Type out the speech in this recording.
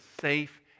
safe